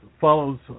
follows